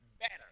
Better